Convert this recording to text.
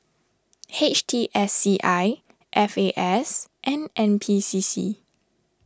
H T S C I F A S and N P C C